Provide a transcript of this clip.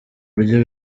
buryo